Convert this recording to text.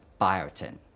biotin